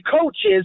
coaches